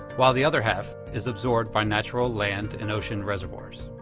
while the other half is absorbed by natural land and ocean reservoirs.